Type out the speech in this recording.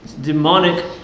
Demonic